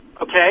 okay